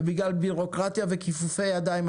ובגלל ביורוקרטיה וכיפופי ידיים,